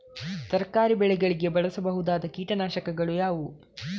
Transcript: ತರಕಾರಿ ಬೆಳೆಗಳಿಗೆ ಬಳಸಬಹುದಾದ ಕೀಟನಾಶಕಗಳು ಯಾವುವು?